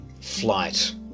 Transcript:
flight